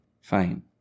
Fine